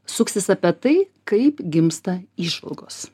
suksis apie tai kaip gimsta įžvalgos